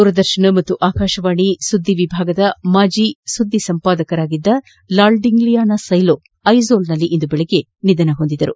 ದೂರದರ್ಶನ ಮತ್ತು ಆಕಾಶವಾಣಿ ಸುದ್ದಿವಿಭಾಗದ ಮಾಜಿ ಸುದ್ದಿ ಸಂಪಾದಕರಾಗಿದ್ದ ಲಾಲ್ಡಿಂಗ್ಲಿಯಾನ ಸೈಲೊ ಐಜ್ವಾಲ್ನಲ್ಲಿ ಇಂದು ಬೆಳಗಿನ ಜಾವ್ಲ ನಿಧನ ಹೊಂದಿದರು